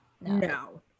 No